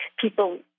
people